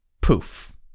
poof